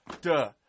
duh